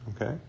okay